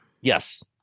Yes